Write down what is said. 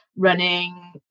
running